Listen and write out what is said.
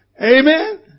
Amen